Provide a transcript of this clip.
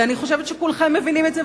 ואני חושבת שכולכם מבינים את זה.